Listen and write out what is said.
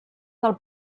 del